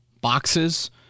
boxes